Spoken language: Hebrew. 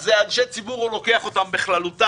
אז אנשי ציבור הוא לוקח בכללותם,